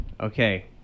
Okay